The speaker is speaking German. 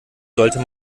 sollte